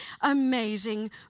amazing